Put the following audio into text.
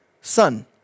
Son